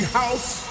house